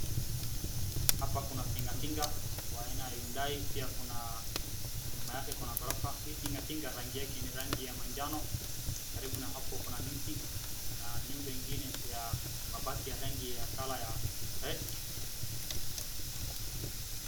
Hapa kuna tingatinga wa aina ya Hyundai . Pia kuna nyuma yake kuna ghorofa. Hii tingatinga rangi yake ni rangi ya manjano. Karibu na hapo kuna mti na nyumba ingine ya mabati ya rangi ya colour ya red .